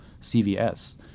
CVS